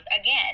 again